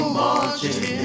marching